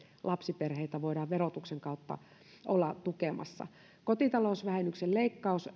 lapsiperheitä voidaan verotuksen kautta olla tukemassa kotitalousvähennyksen leikkaus